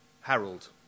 Harold